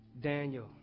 Daniel